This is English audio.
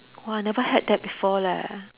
!wah! I never had that before leh